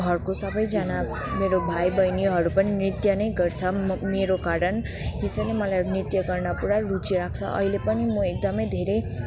घरको सबैजना मेरो भाइ बहिनीहरू पनि नृत्य नै गर्छ म मेरो कारण यसैले मलाई नृत्य गर्न पुरा रुचि लाग्छ अहिले पनि म एकदमै धेरै